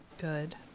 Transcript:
Good